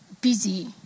busy